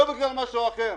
לא בגלל משהו אחר.